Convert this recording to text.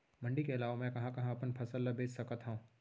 मण्डी के अलावा मैं कहाँ कहाँ अपन फसल ला बेच सकत हँव?